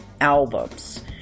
albums